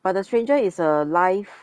but the stranger is a life